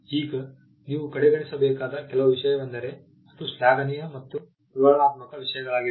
ಈಗ ನೀವು ಕಡೆಗಣಿಸಬೇಕಾದ ಕೆಲವು ವಿಷಯವೆಂದರೆ ಅದು ಶ್ಲಾಘನೀಯ ಮತ್ತು ವಿವರಣಾತ್ಮಕ ವಿಷಯಗಳಾಗಿವೆ